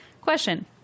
Question